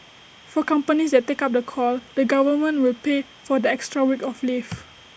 for companies that take up the call the government will pay for the extra week of leave